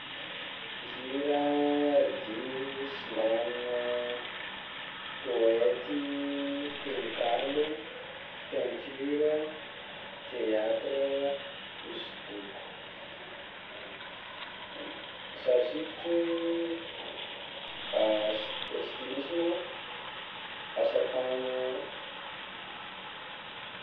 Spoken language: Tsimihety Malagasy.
Hira, dihy, slam, poety, tononkalo, peinture, teatra, hosodoko, sary sikotra, stylisma, asa tagnagna.